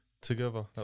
together